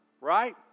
right